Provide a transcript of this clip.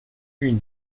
une